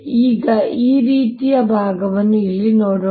ಈಗ ಈ ಭಾಗವನ್ನು ಇಲ್ಲಿ ನೋಡೋಣ